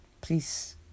please